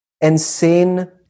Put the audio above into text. insane